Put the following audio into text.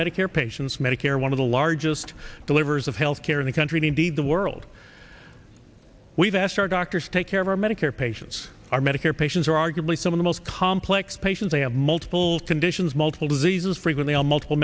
medicare patients medicare one of the largest delivers of health care in the country indeed the world we've asked our doctors take care of our medicare patients our medicare patients are arguably some of the most complex patients they have multiple conditions multiple diseases frequently on multiple